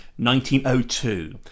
1902